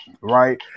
Right